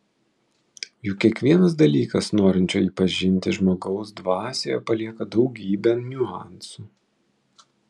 juk kiekvienas dalykas norinčio jį pažinti žmogaus dvasioje palieka daugybę niuansų